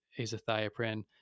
azathioprine